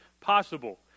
possible